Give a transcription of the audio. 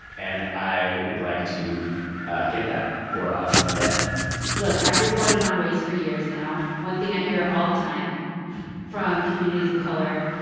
and i would like to get that for us and them look. i've reported on race for years now. one thing i hear all the time from communities of color